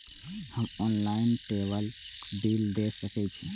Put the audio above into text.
हम online table bill दे सके छी?